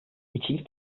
için